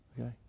Okay